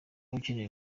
ukeneye